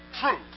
truth